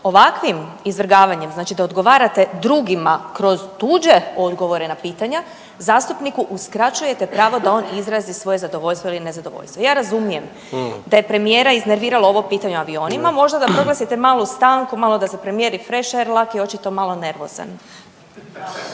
Ovakvim izvrgavanjem znači da odgovarate drugima kroz tuđe odgovore na pitanja zastupniku uskraćujete pravo da on izrazi svoje zadovoljstvo ili nezadovoljstvo. Ja razumijem da je premijera iznerviralo ovo pitanje o avionima, možda da proglasite malu stanku malo da se premijer rifreša jer Laki je očito malo nervozan.